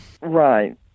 Right